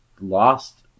lost